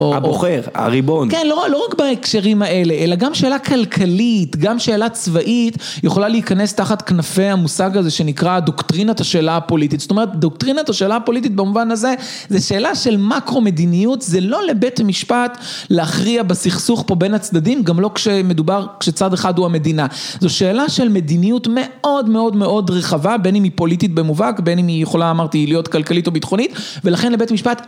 הבוחר, הריבון. כן, לא רק בהקשרים האלה, אלא גם שאלה כלכלית, גם שאלה צבאית, יכולה להיכנס תחת כנפי המושג הזה שנקרא דוקטרינת השאלה הפוליטית. זאת אומרת, דוקטרינת השאלה הפוליטית, במובן הזה, זה שאלה של מקרו-מדיניות, זה לא לבית המשפט להכריע בסכסוך פה בין הצדדים, גם לא כשמדובר, כשצד אחד הוא המדינה. זו שאלה של מדיניות מאוד מאוד מאוד רחבה, בין אם היא פוליטית במובהק, בין אם היא יכולה, אמרתי, להיות כלכלית או ביטחונית, ולכן לבית המשפט.